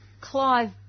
Clive